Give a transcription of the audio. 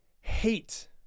hate